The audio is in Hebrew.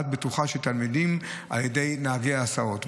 בטוחה של תלמידים על ידי נהגי ההסעות.